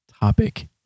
topic